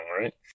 right